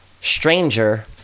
stranger